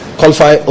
qualify